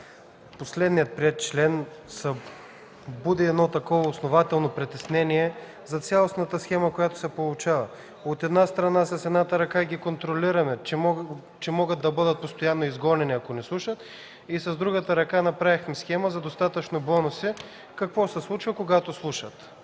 последният приет член събуди в мен едно основателно притеснение за цялостната схема, която се получава. От една страна с едната ръка ги контролираме, че могат да бъдат постоянно изгонени, ако не слушат, а с другата ръка направихме схема за достатъчно бонуси какво се случва, когато